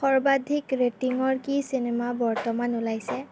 সৰ্বাধিক ৰেটিঙৰ কি চিনেমা বৰ্তমান ওলাইছে